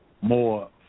more